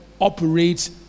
operates